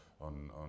on